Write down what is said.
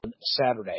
Saturday